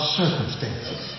circumstances